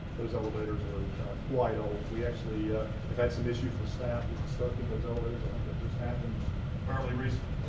those elevators are quite old. we actually have had some issues with staff getting and stuck in those elevators. i think that just happened fairly recently.